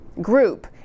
group